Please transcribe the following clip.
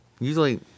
Usually